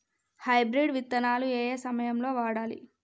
Hybrid విత్తనాలు ఏయే సమయాల్లో వాడాలి?